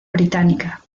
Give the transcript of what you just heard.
británica